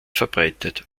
verbreitet